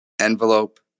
envelope